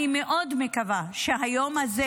אני מאוד מקווה שהיום הזה,